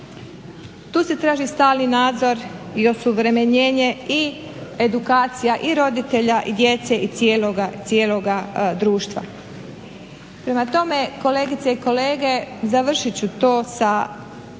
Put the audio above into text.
Tu se traži stalni nadzor i osuvremenjenje i edukacija i roditelja i djece i cijeloga društva. Prema tome, kolegice i kolege, završit ću to sa